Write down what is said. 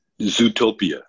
Zootopia